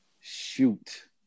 shoot